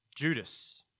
Judas